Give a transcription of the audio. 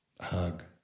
Hug